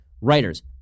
writers